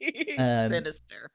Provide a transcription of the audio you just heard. Sinister